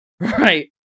Right